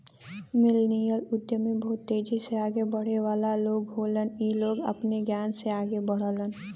millennial उद्यमी बहुत तेजी से आगे बढ़े वाला लोग होलन इ लोग अपने ज्ञान से आगे बढ़लन